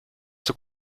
der